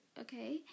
okay